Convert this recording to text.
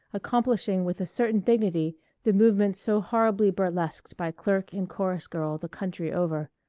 accomplishing with a certain dignity the movements so horribly burlesqued by clerk and chorus girl the country over.